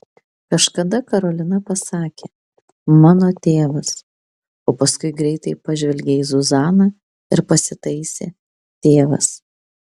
kažkada karolina pasakė mano tėvas o paskui greitai pažvelgė į zuzaną ir pasitaisė tėvas